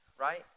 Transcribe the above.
right